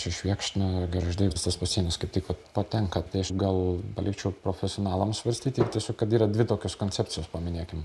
čia švėkšna gargždai visas pasienis kaip tik patenka tai aš gal palikčiau profesionalams svarstyti tiesiog kad yra dvi tokios koncepcijos paminėkim